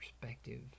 perspective